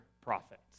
prophets